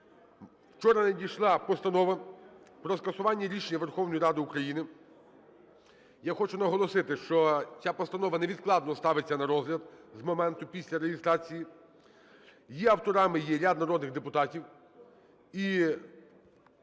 Вчора надійшла Постанова про скасування Рішення Верховної Ради України. Я хочу наголосити, що ця Постанова невідкладно ставиться на розгляд з моменту після реєстрації, її авторами є ряд народних депутатів.